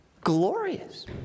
glorious